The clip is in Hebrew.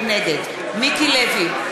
נגד מיקי לוי,